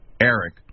Eric